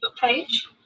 page